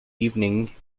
evening